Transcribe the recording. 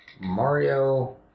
Mario